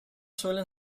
suelen